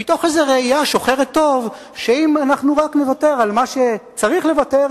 מתוך ראייה שוחרת טוב שאם רק נוותר על מה שצריך לוותר,